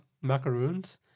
macaroons